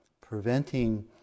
preventing